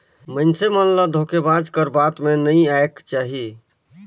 मइनसे मन ल धोखेबाज कर बात में नी आएक चाही